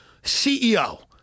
CEO